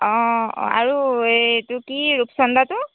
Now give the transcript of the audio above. অঁ আৰু এইটো কি ৰূপচন্দাটো